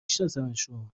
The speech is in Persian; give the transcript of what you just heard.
شناسمشون